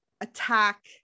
attack